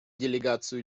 делегацию